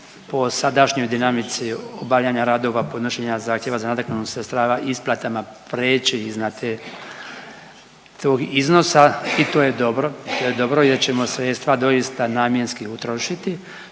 po sadašnjoj dinamici obavljanja radova i podnošenja zahtjeva za nadoknadom sredstava i isplatama preći iznad te, tog iznosa i to je dobro, to je dobro jer ćemo sredstva doista namjenski utrošiti.